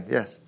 Yes